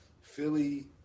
Philly